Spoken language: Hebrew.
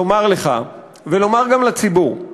לומר לך ולומר גם לציבור,